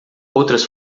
outras